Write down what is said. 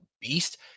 beast